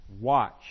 watch